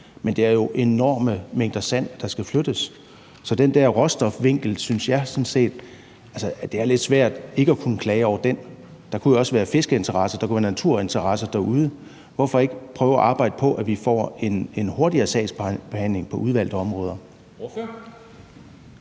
Men det er jo enorme mængder sand, der skal flyttes, så den der råstofvinkel synes jeg sådan set det er lidt svært at man ikke skal kunne klage over. Der kunne jo også være fiskeinteresser, der kunne være naturinteresser derude. Hvorfor ikke prøve at arbejde på, at vi får en hurtigere sagsbehandling på udvalgte områder?